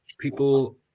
people